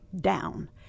down